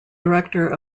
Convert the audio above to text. director